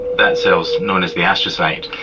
that cell is known as the astrocyte.